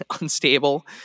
unstable